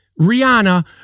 Rihanna